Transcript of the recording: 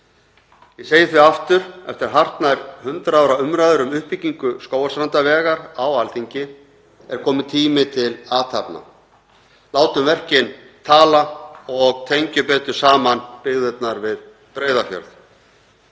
Ég segi því aftur: Eftir hartnær 100 ára umræðu um uppbyggingu Skógarstrandarvegar á Alþingi er kominn tími til athafna. Látum verkin tala og tengjum betur saman byggðirnar við Breiðafjörð.